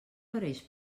pareix